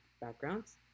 backgrounds